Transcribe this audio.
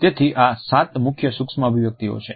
તેથી આ સાત મુખ્ય સૂક્ષ્મ અભિવ્યક્તિઓ છે